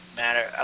matter